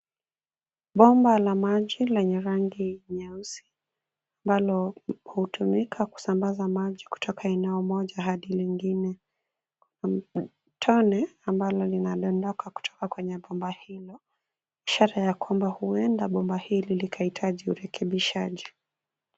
Bomba la maji lenye rangi nyeusi ,ambalo hutumika kusambaza maji kutoka eneo moja hadi lingine .Tone ambalo linadondoka kutoka kwenye bomba hilo, ishara ya kwamba huenda bomba hili likahitaji urekebishaji.